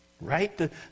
Right